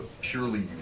purely